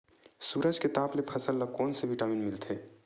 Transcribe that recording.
सूरज के ताप ले फसल ल कोन ले विटामिन मिल थे?